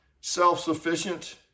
self-sufficient